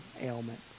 ailment